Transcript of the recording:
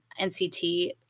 NCT